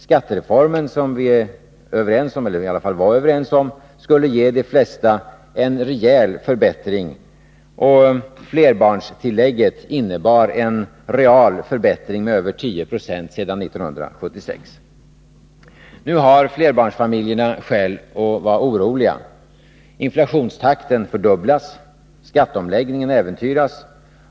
Skattereformen, som vi är eller i varje fall var överens om, skulle ge de flesta av dem en rejäl förbättring, och flerbarnstillägget innebar en real förbättring med över 10 96 sedan 1976. Nu har flerbarnsfamiljerna skäl att oroas. Inflationstakten fördubblas. Skatteomläggningen äventyras.